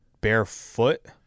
barefoot